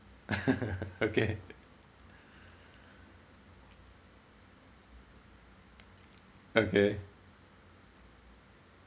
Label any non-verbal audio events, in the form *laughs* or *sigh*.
*laughs* okay okay